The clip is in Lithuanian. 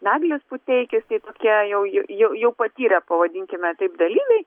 naglis puteikis tai tokie jau jau patyrė pavadinkime dalyviai